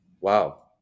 Wow